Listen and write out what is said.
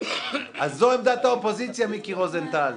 אז זו עמדת האופוזיציה, מיקי רוזנטל?